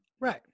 Right